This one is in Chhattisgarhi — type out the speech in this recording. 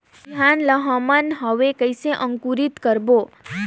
बिहान ला हमन हवे कइसे अंकुरित करबो?